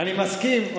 אני מסכים,